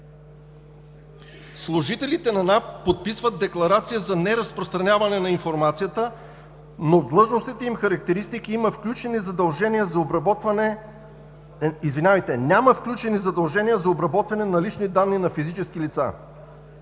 Служителите на НАП подписват Декларация за неразпространяване на информацията, но в длъжностните им характеристики няма включени задължения за обработване на лични данни на физически лица.